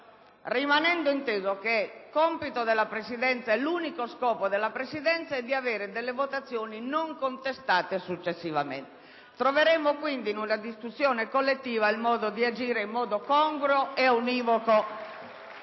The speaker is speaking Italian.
rimanendo inteso che unico scopo della Presidenza è di avere delle votazioni non contestate successivamente. Troveremo, quindi, in una discussione collettiva, la maniera di agire in modo congruo e univoco.